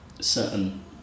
certain